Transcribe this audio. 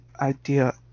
idea